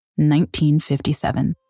1957